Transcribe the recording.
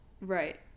Right